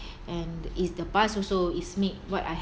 and it's the past also is made what I